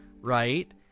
right